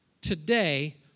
today